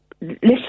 Listen